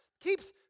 keeps